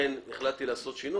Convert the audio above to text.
ולכן החלטתי לעשות שינוי.